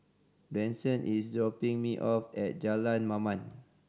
Bronson is dropping me off at Jalan Mamam